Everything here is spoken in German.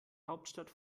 hauptstadt